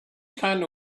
kind